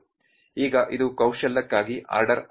ಈಗ ಇದು ಕೌಶಲ್ಯಕ್ಕಾಗಿ ಆರ್ಡರ್ ಆಗಿದೆ